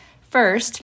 First